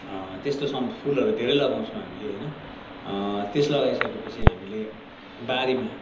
त्यस्तो सम फुलहरू धेरै लगाउँछौँ हामीले होइन त्यस लगाइसकेपछि हामीले बारीमा